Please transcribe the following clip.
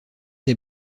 des